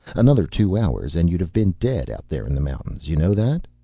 another two hours and you'd have been dead, out there in the mountains. you know that?